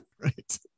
Right